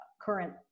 current